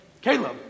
Caleb